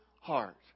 heart